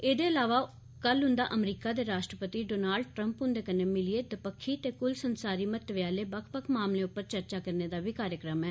एह्दे अलावा कल उंदा अमरीका दे राष्ट्रपति डोनाल्ड ट्रम्प हुंदे कन्नै मिलियै दपक्खी ते कुल संसारी महत्व आह्ले बक्ख बक्ख मामलें उप्पर चर्चा करने दा बी कार्यक्रम ऐ